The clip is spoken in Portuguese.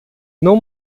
não